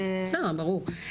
בסדר, ברור.